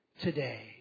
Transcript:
today